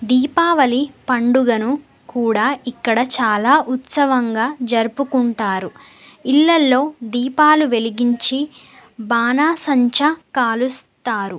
దీపావళి పండుగను కూడా ఇక్కడ చాలా ఉత్సవంగా జరుపుకుంటారు ఇళ్లల్లో దీపాలు వెలిగించి బాణసంచా కాలుస్తారు